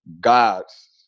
gods